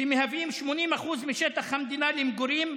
שמהווים 80% משטח המדינה למגורים,